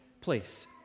place